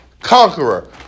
conqueror